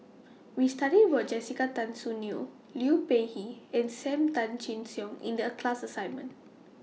We studied about Jessica Tan Soon Neo Liu Peihe and SAM Tan Chin Siong in The class assignment